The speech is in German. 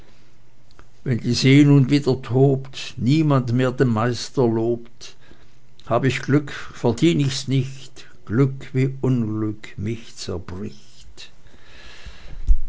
wenn die see nun wieder tobt niemand mehr den meister lobt hab ich glück verdien ich's nicht glück wie unglück mich zerbricht